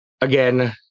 again